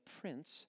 prince